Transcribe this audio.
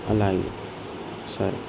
అలాగే సరే